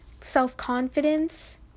self-confidence